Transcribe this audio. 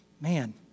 man